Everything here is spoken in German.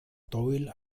doyle